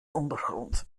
ondergrond